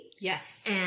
Yes